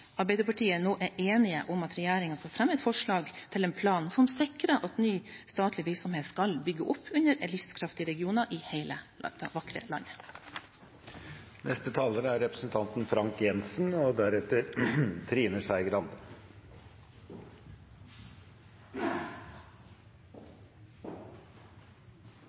Arbeiderpartiet, nå er enige om at regjeringen skal fremme et forslag til en plan som sikrer at ny statlig virksomhet skal bygge opp under livskraftige regioner i hele dette vakre landet.